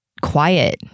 quiet